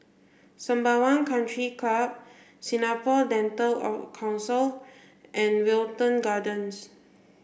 Sembawang Country Club Singapore Dental Council and Wilton Gardens